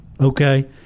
okay